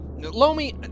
Lomi